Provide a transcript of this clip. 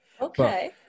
Okay